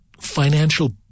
financial